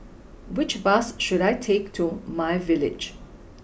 which bus should I take to my village